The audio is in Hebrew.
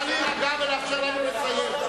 נא להירגע ולאפשר לנו לסיים.